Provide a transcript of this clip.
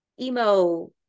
emo